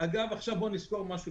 בוא נזכור עוד משהו,